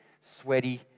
sweaty